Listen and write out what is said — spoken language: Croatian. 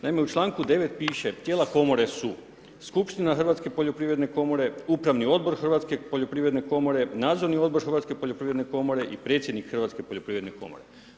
Naime, u čl. 9. piše, tijela komore su skupština hrvatske poljoprivredne komore, upravni odbor hrvatske poljoprivredne komore, nadzorni odbor hrvatske poljoprivredne komore, i predsjednik hrvatske poljoprivredne komore.